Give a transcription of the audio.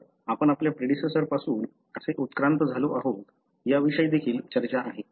तर आपण आपल्या प्रेडिसेसॉर पासून कसे उत्क्रांत झालो आहोत याविषयी देखील चर्चा आहे